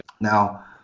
Now